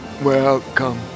Welcome